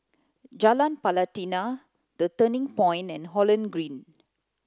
Jalan Pelatina The Turning Point and Holland Green